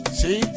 see